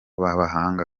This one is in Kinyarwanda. b’abahanga